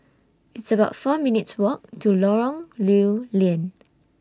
It's about four minutes' Walk to Lorong Lew Lian